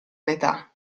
metà